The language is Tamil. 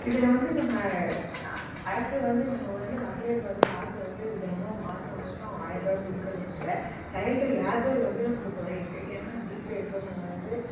இதில் வந்து நம்ம நான் அரசு வந்து நம்ம வந்து மகளிருக்கு வந்து காசு வந்து தினமும் மாதம் மாதம் ஆயர் ரூபா கொடுக்கறதுனால சைல்டு லேபர் வந்து நமக்கு குறையுது ஏன்னா வீட்டில் இருக்கவங்க வந்து